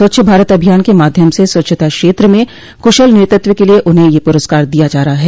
स्वच्छ भारत अभियान के माध्यम से स्वच्छता क्षेत्र में क्शल नेतृत्व के लिए उन्हें यह पुरस्कार दिया जा रहा है